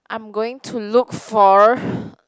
I'm going to look for